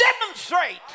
demonstrate